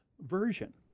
version